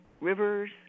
rivers